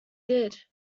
did